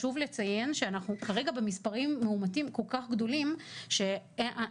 חשוב לציין שאנחנו כרגע במספרים מאומתים כל כך גדולים שרוב